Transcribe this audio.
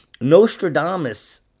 Nostradamus